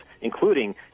including